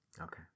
okay